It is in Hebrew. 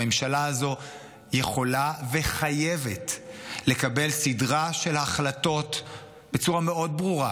הממשלה הזו יכולה וחייבת לקבל סדרה של החלטות בצורה מאוד ברורה,